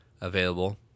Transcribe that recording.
available